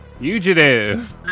Fugitive